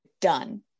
done